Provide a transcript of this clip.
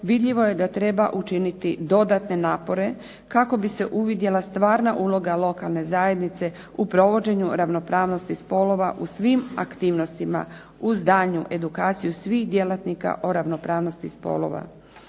vidljivo je da treba učiniti dodatne napore kako bi se uvidjela stvarna uloga lokalne zajednice u provođenju ravnopravnosti spolova u svim aktivnostima, uz daljnju edukaciju svih djelatnika o ravnopravnosti spolova.